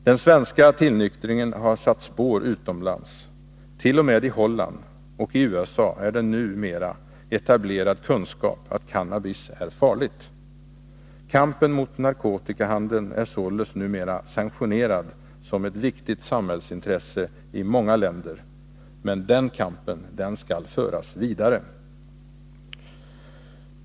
Den svenska tillnyktringen har satt spår utomlands. T. o. m. i Holland och USA är det nu etablerad kunskap att cannabis är farligt. Kampen mot narkotikahandeln är således numera sanktionerad som ett viktigt samhällsintresse i många länder. Men den kampen skall föras vidare!